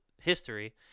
history